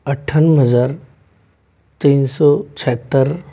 अंठानवे हज़ार तीन सौ छिहत्तर